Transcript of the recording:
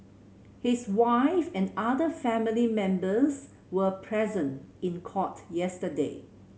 his wife and other family members were present in court yesterday